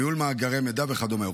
ניהול מאגרי מידע וכדומה.